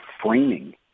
framing